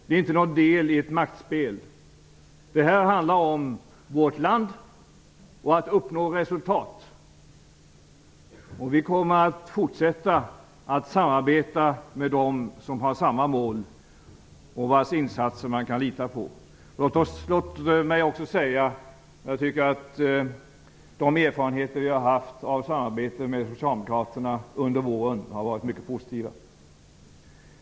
Det är inte en del i ett maktspel. Det här handlar om vårt land och om att uppnå resultat. Vi kommer att fortsätta att samarbeta med dem som har samma mål och vars insatser man kan lita på. Låt mig också säga att jag tycker att de erfarenheter som vi har av samarbetet med Socialdemokraterna under våren har varit mycket positiva.